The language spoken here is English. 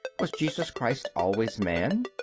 was jesus christ always man?